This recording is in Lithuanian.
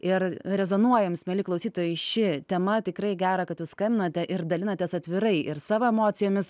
ir rezonuojam mieli klausytojai ši tema tikrai gera kad jūs skambinate ir dalinatės atvirai ir savo emocijomis